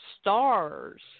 stars